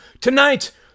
Tonight